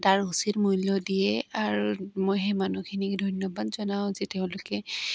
তাৰ উচিত মূল্য দিয়ে আৰু মই সেই মানুহখিনিক ধন্যবাদ জনাওঁ যে তেওঁলোকে